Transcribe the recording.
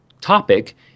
topic